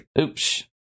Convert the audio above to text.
Oops